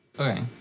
okay